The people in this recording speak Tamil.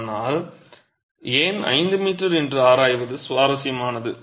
ஆனால் ஏன் 5 மீட்டர் என்று ஆராய்வது சுவாரஸ்யமானது